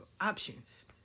options